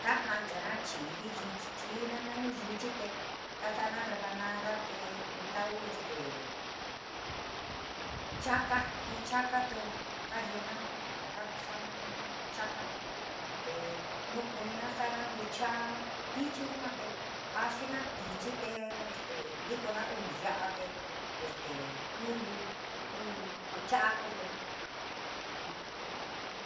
Kaa janchana chii jin yuchi na nani yuchii tee kaa sa´ana rebanada tee ntauu stee chaka jii chaka tee kaa yeena kaa kuu sajamana chaka tee nuu kunina sajana ntucha’a tichi yua le jaaxina tichi tee este ndikona uu ya´a te este kuuntu kuu ntucha’a kayena.